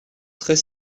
très